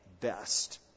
best